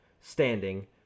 standing